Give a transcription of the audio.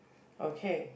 okay